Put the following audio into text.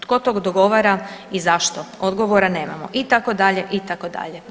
Tko to dogovara i zašto, odgovora nemamo itd., itd.